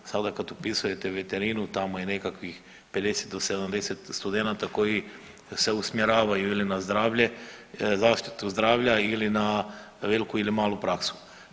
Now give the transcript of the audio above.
Sada kad upisujete veterinu tamo je nekakvih 50 do 70 studenata koji se usmjeravaju ili na zdravlje, zaštitu zdravlja ili na veliku ili malu praksu.